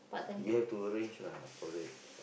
we have to arrange lah for that